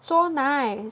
so nice